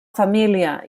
família